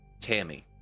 tammy